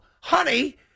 honey